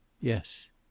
Yes